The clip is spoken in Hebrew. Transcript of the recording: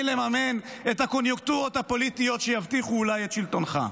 לממן את הקוניונקטורות הפוליטיות שאולי יבטיחו את שלטונך?